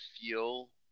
feel